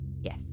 Yes